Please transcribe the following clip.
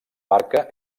barca